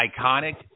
iconic